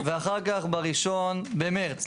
ואחר כך בראשון במרץ,